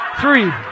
Three